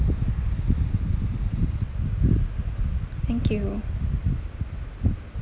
thank you